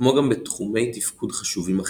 כמו גם בתחומי תפקוד חשובים אחרים.